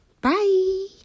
bye